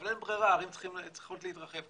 אבל אין ברירה ערים צריכות להתרחב.